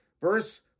Verse